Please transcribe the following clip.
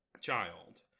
child